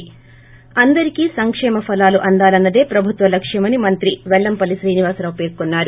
ి అందరికీ సంకేమ ఫలాలు అందాలన్నదే ప్రభుత్వ లక్ష్యమని మంత్రి పెల్లంపల్లి శ్రీనివాసరావు పేర్కొన్నారు